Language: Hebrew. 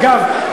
אגב,